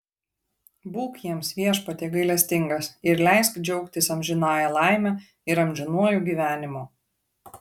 būk jiems viešpatie gailestingas ir leisk džiaugtis amžinąja laime ir amžinuoju gyvenimu